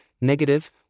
negative